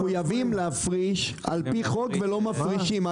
מחויבים להפריש על פי חוק ולא מפרישים.